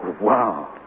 Wow